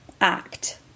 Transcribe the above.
act